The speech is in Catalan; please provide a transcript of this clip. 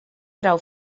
trau